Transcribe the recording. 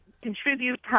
Contribute